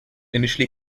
initially